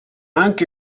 anche